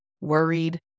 worried